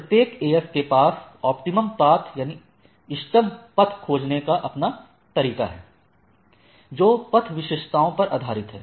प्रत्येक AS के पास इष्टतम पथ खोजने का अपना तरीका है जो पथ विशेषताओं पर आधारित है